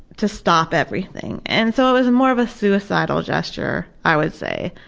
to stop everything. and so it was more of a suicidal gesture, i would say.